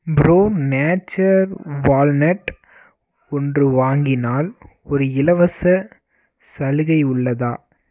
bro Nature walnut ஒன்று வாங்கினால் ஒரு இலவச சலுகை உள்ளதா